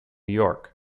york